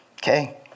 Okay